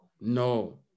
No